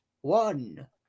one